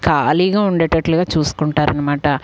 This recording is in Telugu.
ఖాళీగా ఉండేటట్లుగా చూసుకుంటారు అన్నమాట